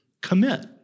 commit